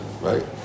right